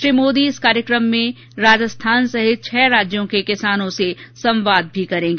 श्री मोदी इस कार्यक्रम के दौरान राजस्थान सहित छह राज्यों के किसानों से संवाद भी करेंगे